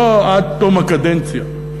לא עד תום הקדנציה.